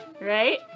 Right